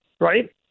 right